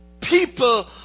people